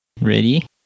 Ready